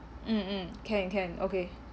mm mm can can okay